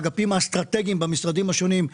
באגפים האסטרטגיים במשרדים השונים,